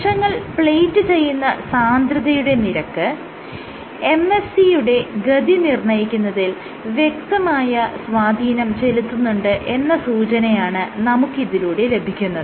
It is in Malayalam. കോശങ്ങൾ പ്ലേറ്റ് ചെയ്യുന്ന സാന്ദ്രതയുടെ നിരക്ക് MSC യുടെ ഗതി നിർണ്ണയിക്കുന്നതിൽ വ്യക്തമായ സ്വാധീനം ചെലുത്തുന്നുണ്ട് എന്ന സൂചനയാണ് നമുക്ക് ഇതിലൂടെ ലഭിക്കുന്നത്